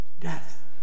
death